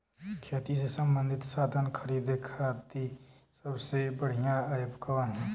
खेती से सबंधित साधन खरीदे खाती सबसे बढ़ियां एप कवन ह?